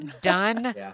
done